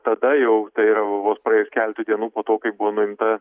tada jau tai yra vos praėjus keletui dienų po to kai buvo nuimta